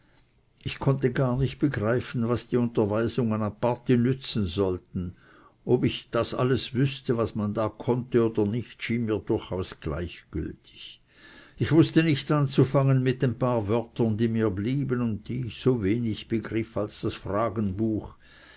ich konnte gar nicht begreifen was die unterweisungen aparti nützen sollten ob ich das alles wüßte was man da lernte oder nicht schien mir durchaus gleichgültig ich wußte nichts anzufangen mit den paar wörtern die mir blieben und die ich so wenig begriff als das fragenbuch